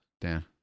Dan